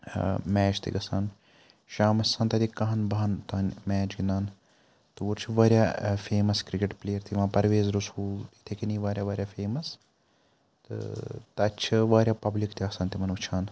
ٲں میچ تہِ گَژھان شامَس چھِ آسان تَتہِ کَہَن بَہَن تانۍ میچ گِنٛدان تور چھِ واریاہ ٲں فیمَس کِرکٹ پٕلیر تہِ یِوان پرویز رسوٗل یِتھٔے کٔنی واریاہ واریاہ فیمَس تہٕ تَتہِ چھُ واریاہ پَبلِک تہِ آسان تِمَن وُچھان